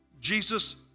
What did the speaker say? Jesus